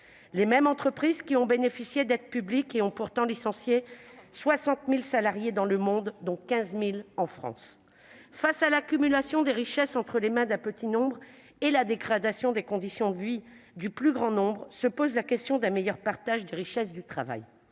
Ces mêmes entreprises qui ont bénéficié d'aides publiques ont pourtant licencié 60 000 salariés dans le monde, dont 15 000 en France. Face à l'accumulation des richesses entre les mains d'un petit nombre et à la dégradation des conditions de vie du plus grand nombre se pose la question d'un meilleur partage des richesses et du travail.